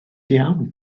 iawn